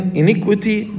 iniquity